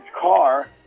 car